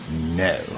no